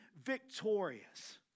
victorious